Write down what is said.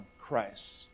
Christ